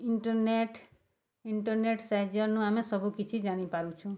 internet internet ସାହାଯ୍ୟନୁ ଆମେ ସବୁ କିଛି ଜାଣିପାରୁଛୁଁ